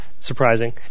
surprising